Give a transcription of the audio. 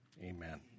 amen